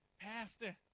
Pastor